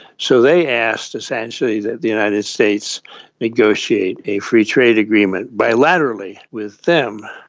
so they asked essentially that the united states negotiate a free trade agreement bilaterally with them.